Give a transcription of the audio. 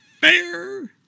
fair